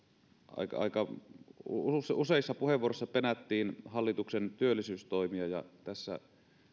aika aika useissa puheenvuoroissa penättiin hallituksen työllisyystoimia tässä